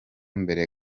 mbere